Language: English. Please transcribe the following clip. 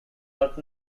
not